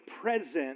present